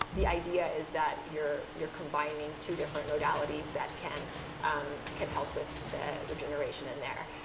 the idea is that you're you're combining two different modalities that can um can help with the regeneration in there,